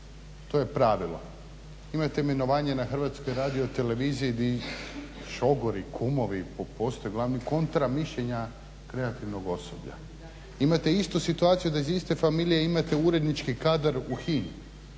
To je pravilo. Imate imenovanje na HRT-u di šogori, kumovi postaju glavni kontra mišljenja kreativnog osoblja. Imate istu situaciju da iz iste familije imate urednički kadar u HINI.